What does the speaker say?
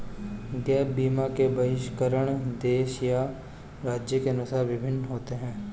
gap बीमा के बहिष्करण देश या राज्य के अनुसार भिन्न होते हैं